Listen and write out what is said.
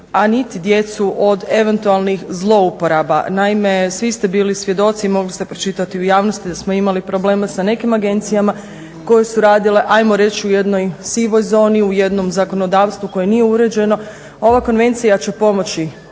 a niti djecu od eventualnih zlouporaba. Naime, svi ste bili svjedoci i mogli ste pročitati u javnosti da smo imali problema sa nekim agencijama koje su radile hajmo reći u jednoj sivoj zoni, u jednom zakonodavstvu koje nije uređeno. Ova konvencija će pomoći